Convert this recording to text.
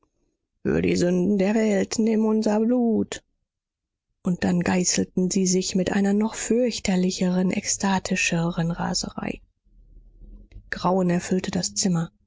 die sünden der welt nimm unser blut und dann geißelten sie sich mit einer noch fürchterlicheren ekstatischeren raserei grauen erfüllte das zimmer